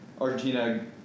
Argentina